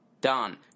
done